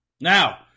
Now